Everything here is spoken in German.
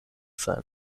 sein